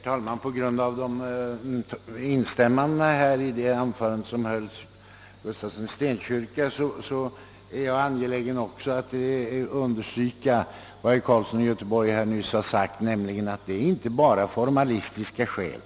Herr talman! Med anledning av de instämmanden som gjorts till herr Gustafssons i Stenkyrka anförande är jag angelägen att understryka vad herr Carlsson i Göteborg yttrade, nämligen att det här inte bara är fråga om formalistiska skäl.